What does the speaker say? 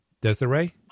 Desiree